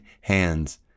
hands